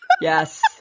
Yes